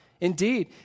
Indeed